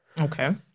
Okay